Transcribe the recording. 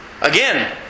Again